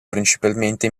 principalmente